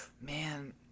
Man